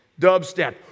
Dubstep